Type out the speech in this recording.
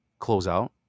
closeout